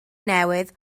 newydd